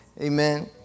Amen